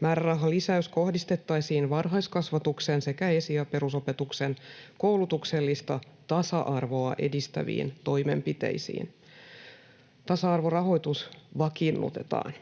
Määrärahalisäys kohdistettaisiin varhaiskasvatuksen sekä esi‑ ja perusopetuksen koulutuksellista tasa-arvoa edistäviin toimenpiteisiin. Tasa-arvorahoitus vakiinnutetaan,